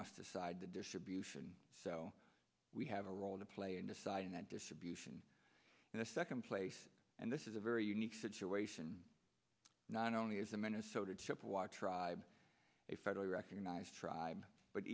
must decide the distribution so we have a role to play in deciding that distribution in the second place and this is a very unique situation not only is the minnesota chippewa tribe a federally recognized tribes but